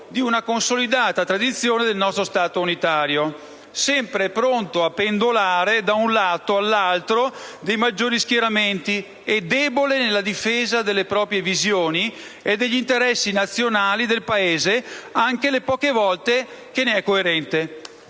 di una consolidata tradizione del nostro Stato unitario, sempre pronto a pendolare da un lato all'altro dei maggiori schieramenti e debole nella difesa delle proprie visioni e degli interessi nazionali del Paese, anche le poche volte che è coerente